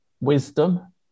wisdom